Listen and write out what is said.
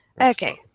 Okay